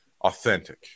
authentic